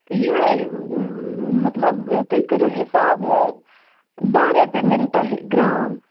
تہٕ یُہاے مطلب تُہۍ کٔرِو حِساب یُہاے دَہ رۄپیہ میٚلہِ تۄہہِ گرام